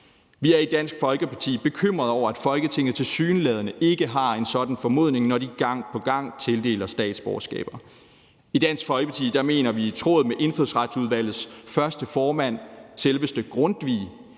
Vi er i Dansk Folkeparti bekymrede over, at Folketinget tilsyneladende ikke har en sådan formodning, når de gang på gang tildeler statsborgerskaber. I Dansk Folkeparti mener vi i tråd med Indfødsretsudvalgets første formand, selveste Grundtvig,